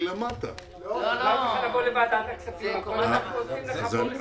הכול אנחנו עושים לך פה מסודר.